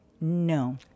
No